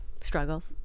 Struggles